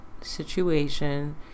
situation